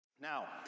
Now